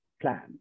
plan